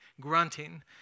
grunting